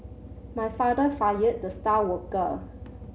my father fired the star worker